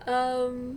um